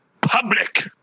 public